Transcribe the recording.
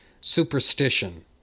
superstition